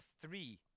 three